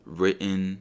written